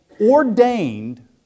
ordained